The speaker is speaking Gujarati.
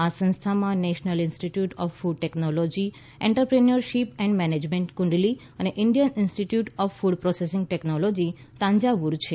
આ સંસ્થાઓમાં national institute of food technology entrepreneurship and management Kundli અને Indian institute of food processing technology Thanjavur છે